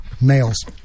males